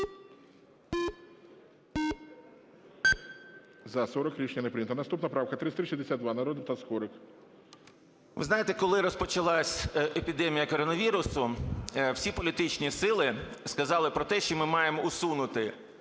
За-40 Рішення не прийнято. Наступна правка 3362, народний депутат Скорик. 17:48:36 СКОРИК М.Л. Ви знаєте, коли розпочалась епідемія коронавірусу, всі політичні сили сказали про те, що ми маємо усунути